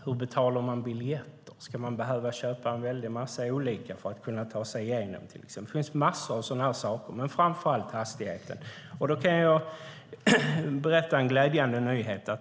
Hur betalar man biljetter? Ska man behöva köpa en väldig massa olika biljetter för att kunna ta sig igenom? Det finns massor av sådana här saker, men framför allt hastigheten. Jag kan berätta en glädjande nyhet.